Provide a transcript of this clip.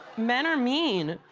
men are mean.